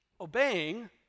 obeying